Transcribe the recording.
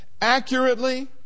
Accurately